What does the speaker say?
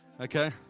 okay